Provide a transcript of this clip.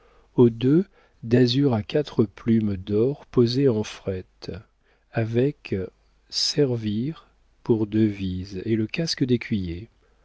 deux d'azur à quatre plumes d'or posées en fret avec servir pour devise et le casque